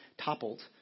toppled